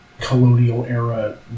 colonial-era